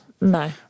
No